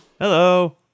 Hello